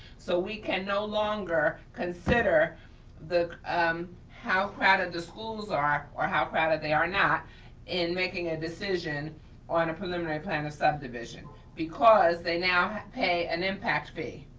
so we can no longer consider um how crowded the schools are, or how crowded they are not in making a decision on a preliminary plan of subdivision because they now pay an impact fee,